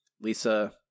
Lisa